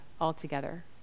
altogether